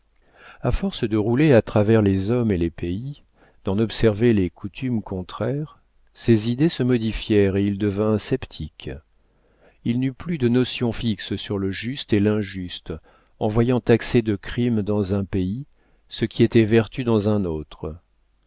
a force de rouler à travers les hommes et les pays d'en observer les coutumes contraires ses idées se modifièrent et il devint sceptique il n'eut plus de notions fixes sur le juste et l'injuste en voyant taxer de crime dans un pays ce qui était vertu dans un autre